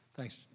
Thanks